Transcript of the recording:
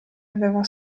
aveva